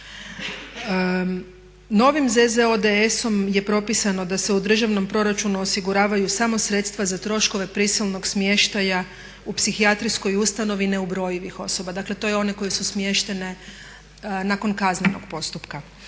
Novim ZZODS-om je propisano da se u državnom proračunu osiguravaju samo sredstva za troškove prisilnog smještaja u psihijatrijskoj ustanovi neubrojivih osoba, dakle to su one koje su smještene nakon kaznenog postupka.